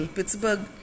Pittsburgh